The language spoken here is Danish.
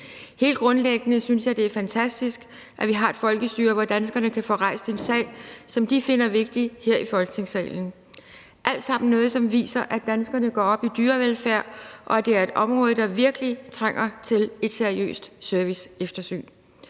Helt grundlæggende synes jeg, det er fantastisk, at vi har et folkestyre, hvor danskerne kan få rejst en sag, som de finder vigtig, her i Folketingssalen. Det er alt sammen noget, som viser, at danskerne går op i dyrevelfærd, og at det er et område, der virkelig trænger til et seriøst serviceeftersyn.